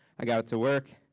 i got it to work.